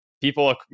people